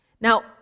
Now